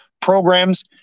programs